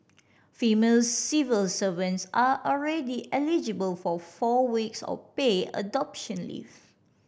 female civil servants are already eligible for four weeks of paid adoption leave